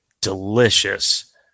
delicious